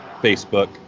Facebook